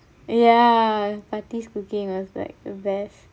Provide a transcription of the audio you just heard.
ya pati's cooking was like the best